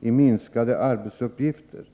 på minskade arbetsuppgifter.